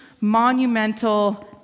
monumental